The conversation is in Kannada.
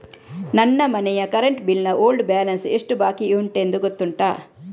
ನನ್ನ ಮನೆಯ ಕರೆಂಟ್ ಬಿಲ್ ನ ಓಲ್ಡ್ ಬ್ಯಾಲೆನ್ಸ್ ಎಷ್ಟು ಬಾಕಿಯುಂಟೆಂದು ಗೊತ್ತುಂಟ?